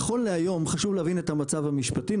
נכון להיום חשוב להבין את המצב המשפטי.